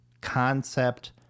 concept